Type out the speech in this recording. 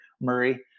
murray